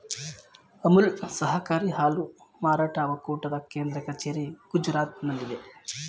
ಅಮುಲ್ ಸಹಕಾರಿ ಹಾಲು ಮಾರಾಟ ಒಕ್ಕೂಟದ ಕೇಂದ್ರ ಕಚೇರಿ ಗುಜರಾತ್ನಲ್ಲಿದೆ